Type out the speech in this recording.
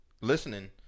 listening